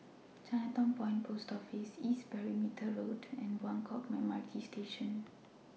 Chinatown Point Post Office East Perimeter Road and Buangkok MRT Station